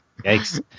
Yikes